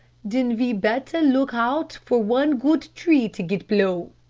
den ve better look hout for one goot tree to get b'low,